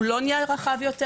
הוא לא נהיה רחב יותר,